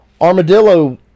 Armadillo